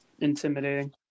intimidating